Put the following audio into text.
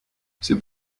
c’est